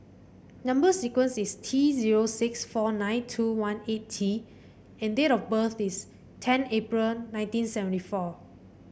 number sequence is T zero six four nine two one eight T and date of birth is ten April nineteen seventy four